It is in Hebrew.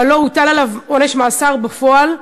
אבל לא הוטל עליו עונש מאסר בפועל.